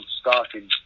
starting